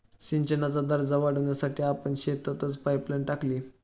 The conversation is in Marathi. सिंचनाचा दर्जा वाढवण्यासाठी आपण शेतातच पाइपलाइन टाकली